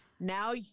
Now